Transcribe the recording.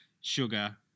Sugar